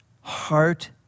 Heart